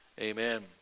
amen